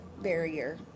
barrier